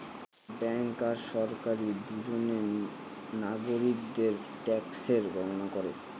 bank আর সরকারি দুজনে নাগরিকদের ট্যাক্সের গণনা করে